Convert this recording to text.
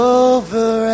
over